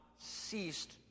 ceased